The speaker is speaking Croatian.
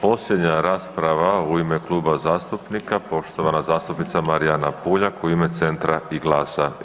Posljednja rasprava u ime kluba zastupnika poštovana zastupnica Marijana Puljak u ime Centra i GLAS-a.